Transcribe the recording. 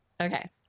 Okay